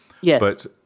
yes